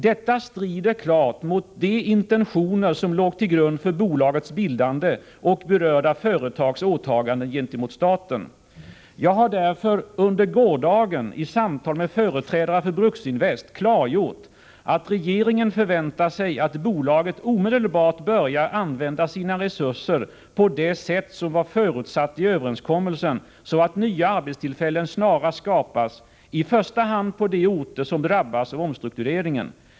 Detta strider klart mot de intentioner som låg till grund för bolagets bildande och berörda företags åtaganden gentemot staten. Jag har därför under gårdagen i samtal med företrädare för Bruksinvest klargjort att regeringen förväntar sig att bolaget omedelbart börjar använda sina resurser på det sätt som var förutsatt i överenskommelsen, så att nya arbetstillfällen snarast skapas, i första hand på de orter som drabbas av omstruktureringen.